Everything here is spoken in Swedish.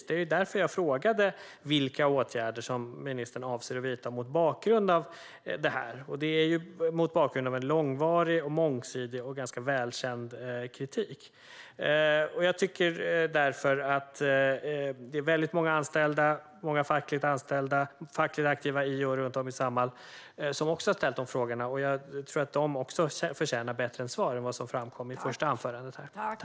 Det var därför som jag frågade vilka åtgärder som ministern avser att vidta mot bakgrund av detta. Det är mot bakgrund av en långvarig, mångsidig och ganska välkänd kritik. Det är också väldigt många anställda och många fackligt aktiva i och runt Samhall som har ställt dessa frågor. Jag tycker att de också förtjänar ett bättre svar än vad som har framkommit i interpellationssvaret.